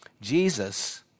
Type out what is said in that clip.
Jesus